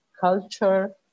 culture